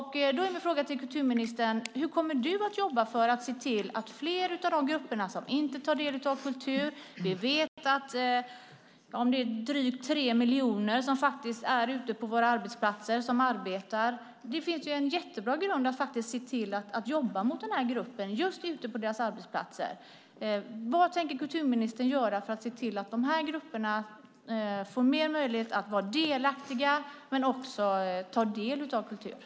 Hur kommer kulturministern att jobba för att se till att fler i de grupper där man inte tar del av kultur - drygt tre miljoner människor finns ute på arbetsplatserna, så det finns en mycket bra grund för att se till att jobba gentemot nämnda grupper ute på deras arbetsplatser - får större möjligheter att vara delaktiga och att ta del av kulturen?